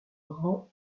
rend